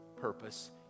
purpose